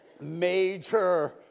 major